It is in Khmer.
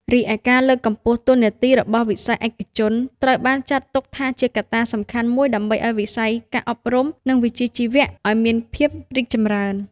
រីឯការលើកកម្ពស់តួនាទីរបស់វិស័យឯកជន ត្រូវបានចាត់ទុកថាជាកត្តាសំខាន់មួយដើម្បីឱ្យវិស័យការអប់រំ និងវិជ្ជាជីវៈ ឲ្យមានភាពរីកចម្រើន។